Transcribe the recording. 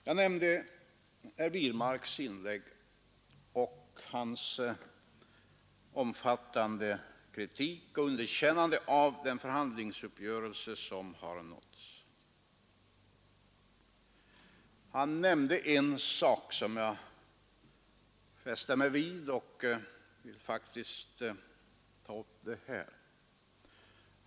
Jag nämnde herr Wirmarks inlägg och hans omfattande kritik och underkännande av den förhandlingsuppgörelse som har nåtts. Herr Wirmark nämnde en sak som jag fäste mig vid och som jag vill ta upp här.